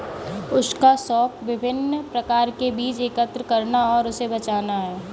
उसका शौक विभिन्न प्रकार के बीज एकत्र करना और उसे बचाना है